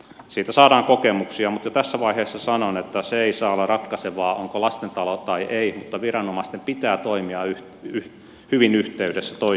siitä saadaan kokemuksia mutta tässä vaiheessa sanon että se ei saa olla ratkaisevaa onko lastentalo vai ei mutta viranomaisten pitää toimia hyvin yhteydessä toisiinsa